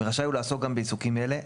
ורשאי הוא לעסוק גם בעיסוקים אלה,